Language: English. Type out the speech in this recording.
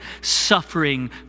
suffering